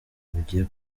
bugiye